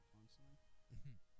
constantly